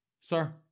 sir